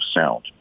sound